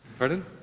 Pardon